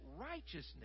righteousness